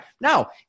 now